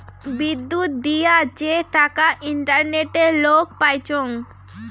বিদ্যুত দিয়া যে টাকা ইন্টারনেটে লোক পাইচুঙ